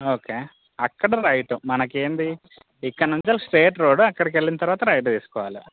okay అక్కడ right మనకి ఏంది ఇక్కడ నుంచి వెళ్ళి స్ట్రెయిట్ రోడ్డు అక్కడికి వెళ్ళిన తరువాత రైట్ తీసుకోవాలి